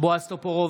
בועז טופורובסקי,